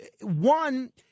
one